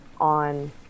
on